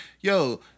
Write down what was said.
yo